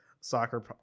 soccer